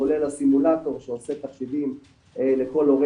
כולל הסימולטור שעושה תחשיבים לכל הורה,